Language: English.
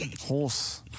horse